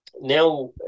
now